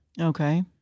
Okay